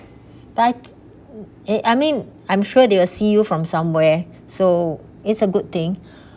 but eh I mean I'm sure they will see you from somewhere so it's a good thing